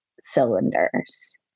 cylinders